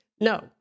No